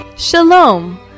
Shalom